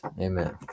amen